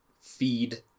feed